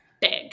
big